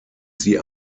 sie